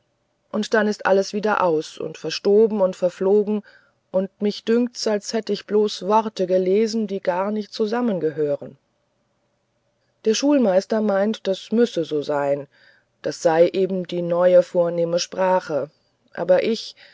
und dann ist alles wieder aus und verstoben und verflogen und mich dünkt's als hätt ich bloß worte gelesen die gar nicht zusammen gehörten der schulmeister meint das müsse so sein das sei eben die neue vornehme sprache aber ich